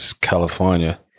California